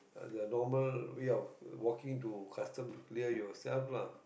uh the normal way of walking to custom clear yourself lah